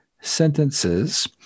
sentences